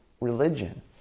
religion